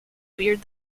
beard